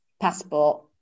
passport